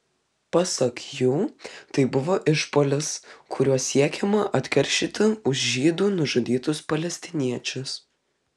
pasak jų tai buvo išpuolis kuriuo siekiama atkeršyti už žydų nužudytus palestiniečius